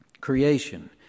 creation